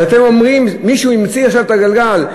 אז אתם אומרים, מישהו המציא עכשיו את הגלגל?